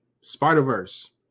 Spider-Verse